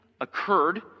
occurred